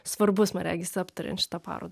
svarbus man regis aptariant šitą parodą